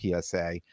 PSA